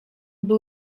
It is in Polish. był